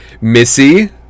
Missy